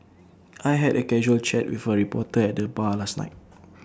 I had A casual chat with A reporter at the bar last night